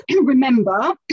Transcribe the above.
remember